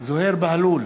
זוהיר בהלול,